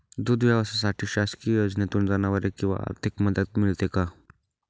दूध व्यवसायासाठी शासकीय योजनेतून जनावरे किंवा आर्थिक मदत मिळते का?